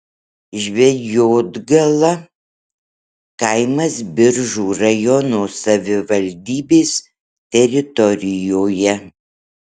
žvejotgala kaimas biržų rajono savivaldybės teritorijoje